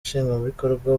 nshingwabikorwa